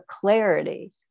clarity